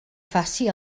faci